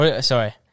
Sorry